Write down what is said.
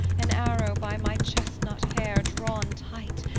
an arrow by my chestnut hair drawn tight,